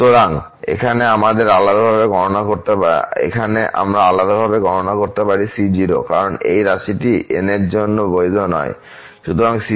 সুতরাং এখানে আমরা আলাদাভাবে গণনা করতে পারি c0 কারণ এই রাশিটি n 0 এর জন্য বৈধ নয় সুতরাং